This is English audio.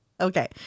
Okay